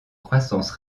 croissance